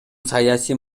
саясий